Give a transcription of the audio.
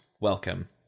Welcome